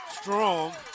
Strong